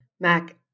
Mac